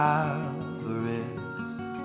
avarice